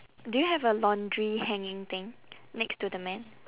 do you have a laundry hanging thing next to the man